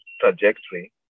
trajectory